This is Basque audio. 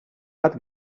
bat